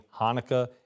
Hanukkah